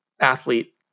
athlete